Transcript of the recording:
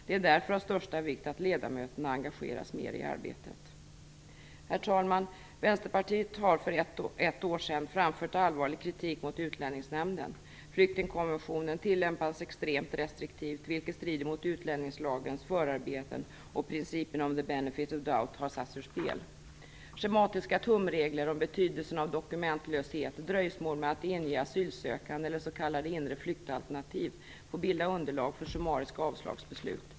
Det är därför av största vikt att ledamöterna engageras mer i arbetet. Herr talman! Vänsterpartiet har för ett år sedan framfört allvarlig kritik mot Utlänningsnämnden. Flyktingkonventionen tillämpas extremt restriktivt, vilket strider mot utlänningslagens förarbeten, och principen om "the benefit of doubt" har satts ur spel. Schematiska tumregler om betydelsen av dokumentlöshet, dröjsmål med att inge asylansökan eller s.k. inre flyktalternativ får bilda underlag för summariska avslagsbeslut.